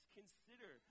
consider